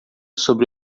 sobre